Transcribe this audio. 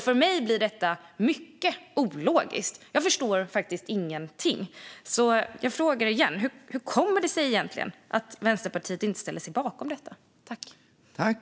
För mig är detta helt ologiskt. Jag förstår faktiskt ingenting. Jag frågar igen: Hur kommer det sig egentligen att Vänsterpartiet inte ställer sig bakom vårt förslag?